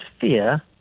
fear